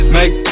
Make